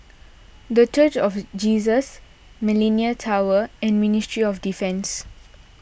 the Church of Jesus Millenia Tower and Ministry of Defence